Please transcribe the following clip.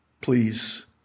Please